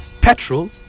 petrol